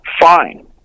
Fine